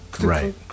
right